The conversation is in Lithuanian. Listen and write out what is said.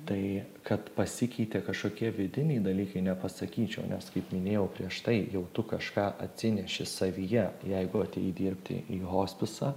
tai kad pasikeitė kažkokie vidiniai dalykai nepasakyčiau nes kaip minėjau prieš tai jau tu kažką atsineši savyje jeigu atėjai dirbti į hospisą